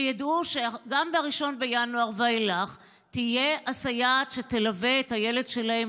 שידעו שגם ב-1 בינואר ואילך תהיה סייעת שתלווה את הילד שלהם,